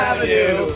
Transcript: Avenue